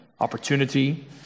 opportunity